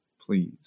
please